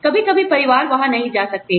कभी कभी परिवार वहां नहीं जा सकते हैं